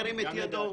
מי נגד?